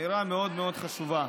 אמירה מאוד מאוד חשובה.